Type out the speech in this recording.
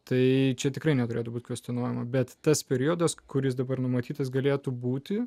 tai čia tikrai neturėtų būti kvescionuojama bet tas periodas kuris dabar numatytas galėtų būti